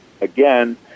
again